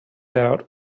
out